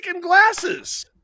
glasses